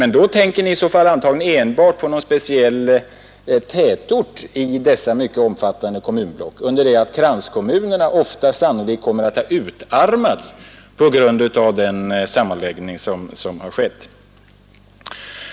Men i så fall tänker ni antagligen enbart på någon speciell tätort i dessa mycket omfattande kommunblock, under det att kranskommunerna ofta sannolikt kommer att utarmas på grund av sammanläggningen.